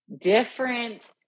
different